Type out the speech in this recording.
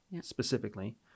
specifically